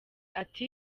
ati